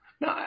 No